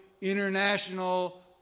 international